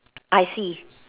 I see